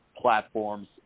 platforms